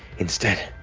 instead,